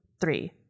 three